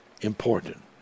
important